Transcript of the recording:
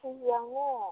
केजिआवनो